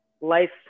life